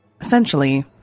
Essentially